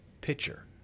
pitcher